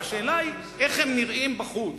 השאלה היא איך הם נראים בחוץ,